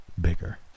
bigger